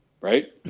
right